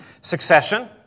succession